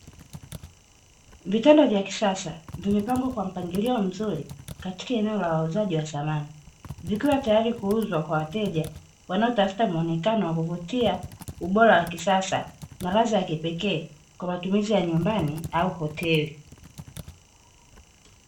Vitanda vya kisasa vimepangwa kwa mpangilio mzuri katika eneo la wauzaji wa samani, zikiwa tayari kuuzwa kwa wateja wanaotafuta muonekano wa kuvutia, ubora wa kisasa na ladha ya kipekee kwa matumizi ya nyumbani au hoteli.